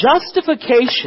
Justification